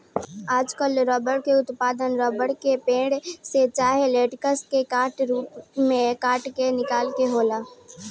आजकल रबर के उत्पादन रबर के पेड़, से चाहे लेटेक्स के रूप में काट के निकाल के होखेला